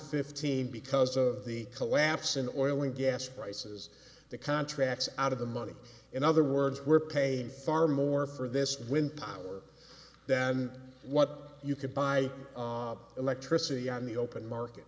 fifteen because of the collapse in oil and gas prices the contracts out of the money in other words we're paying far more for this wind power than what you could buy electricity on the open market